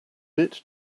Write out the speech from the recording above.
bit